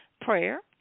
Prayer